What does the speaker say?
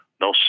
no